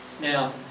Now